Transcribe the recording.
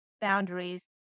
boundaries